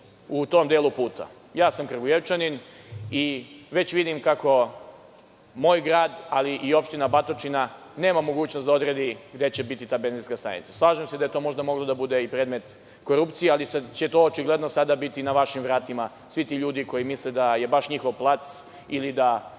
u tom delu puta. Ja sam Kragujevčanin i već vidim kako moj grad, ali i opština Batočina, nema mogućnost da odredi gde će biti ta benzinska stanica. Slažem se da je to možda moglo da bude i predmet korupcije, ali će to očigledno sada biti na vašim vratima, svi ti ljudi koji misle da je baš njihov plac ili da